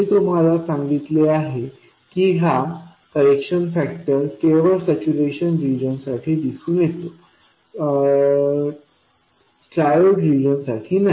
मी तुम्हाला सांगितले आहे की हा करेक्शन फॅक्टर केवळ सॅच्यूरेशन रिजनसाठी दिसून येतो ट्रायोड रिजन साठी नाही